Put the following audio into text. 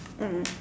mm